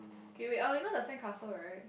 okay wait uh you know the sand castle right